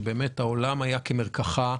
שבאמת העולם היה כמרקחה.